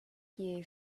here